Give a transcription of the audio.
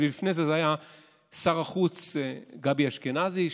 ולפני כן זה היה שר החוץ גבי אשכנזי,